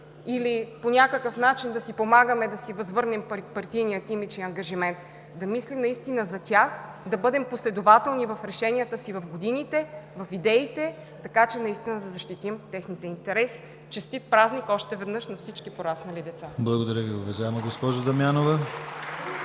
или по някакъв начин да си помагаме да си възвърнем партийния имидж и ангажимент, а да мислим наистина за тях, да бъдем последователни в решенията си в годините, в идеите, така че наистина да защитим техния интерес. Честит празник, още веднъж, на всички пораснали деца! ПРЕДСЕДАТЕЛ ДИМИТЪР ГЛАВЧЕВ: Благодаря Ви, уважаема госпожо Дамянова.